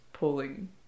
pulling